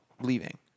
leaving